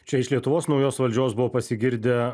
čia iš lietuvos naujos valdžios buvo pasigirdę